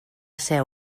ser